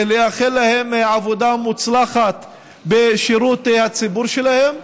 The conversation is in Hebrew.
לאחל להם עבודה מוצלחת בשירות הציבור שלהם,